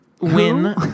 win